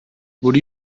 would